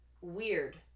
weird